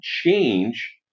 change